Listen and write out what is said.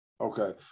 Okay